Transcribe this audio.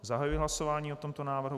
Zahajuji hlasování o tomto návrhu.